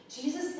Jesus